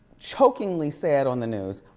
chokingly said on the news.